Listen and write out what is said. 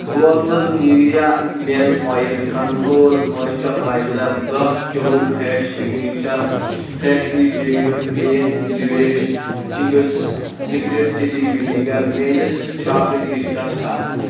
بوتلہٕ Nivea men oil control moisturiser دَہ kilo fresh signature freshly baked plain lavash Ching's secret chilli vinegar mayonnaise shopping لسٹَس کَر